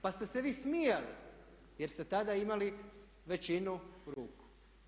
Pa ste se vi smijali jer ste tada imali većinu ruku.